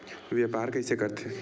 व्यापार कइसे करथे?